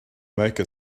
make